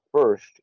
first